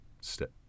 step